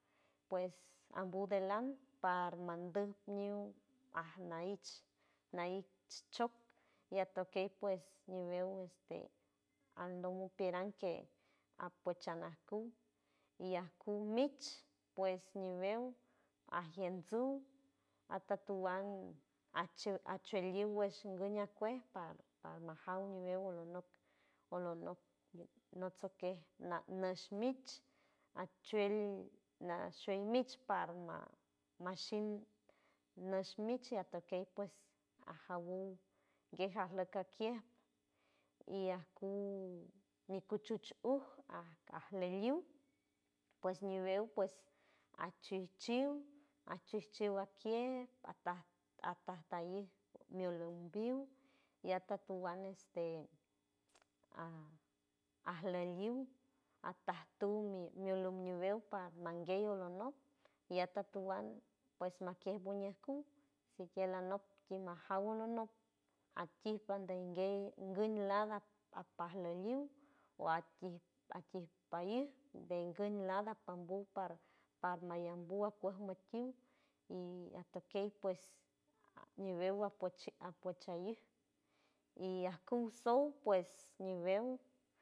Pues ambu delán par mandu ñuun aj naich naich choc y atokey pues ñibeu este andomo piran que apuechanacu y ajku mich pues ñibeu ajiensu atotowand achu achueliu guesh guña cuej par parmajaun ñibeu olonok olonok notsoque na nashmit achueld nashuel mit parma nashin nash michx atokey pues ajowuow gueja arlok kokier y acu mi cuchuchuld aj aleliul pues ñibeu achichiuld achichiuld aquiel ata atatain miolonbiuw y atotowand este a arleliu ajtatu mi olom ñiubeu par manguey olonoy y atotowand pues maquier muñacu siquiera anok aki janden gunlala apalaliul o aquí aquí pair de enguy lana pambu par parma yambu acuej makiu y atokey pues ñibeu apue apuechau y acu so pues ñibeu.